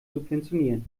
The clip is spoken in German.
subventionieren